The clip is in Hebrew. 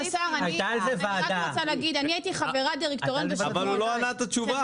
אני הייתי חברת דירקטוריון לדיור ציבורי.